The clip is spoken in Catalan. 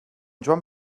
joan